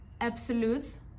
absolutes